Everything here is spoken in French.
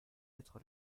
être